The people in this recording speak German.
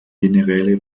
generäle